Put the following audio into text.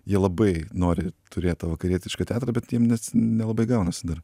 jie labai nori turėt tą vakarietišką teatrą bet jiem nes nelabai gaunasi dar